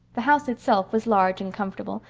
the house itself was large and comfortable,